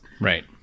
Right